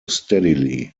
steadily